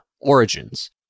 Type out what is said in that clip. Origins